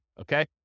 okay